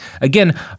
Again